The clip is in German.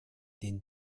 den